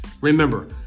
Remember